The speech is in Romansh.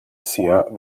sia